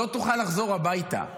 לא תוכל לחזור הביתה.